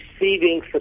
receiving